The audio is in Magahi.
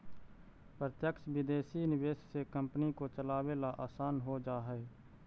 प्रत्यक्ष विदेशी निवेश से कंपनी को चलावे ला आसान हो जा हई